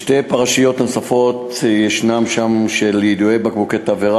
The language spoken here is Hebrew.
בשתי פרשיות נוספות של יידוי בקבוקי תבערה